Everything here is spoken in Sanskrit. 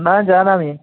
न जानामि